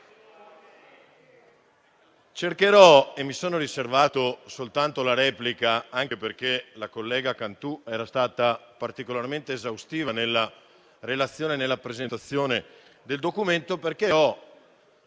Mi sono riservato soltanto la replica, anche perché la collega Cantù era stata particolarmente esaustiva nella relazione e nella presentazione del documento. Ho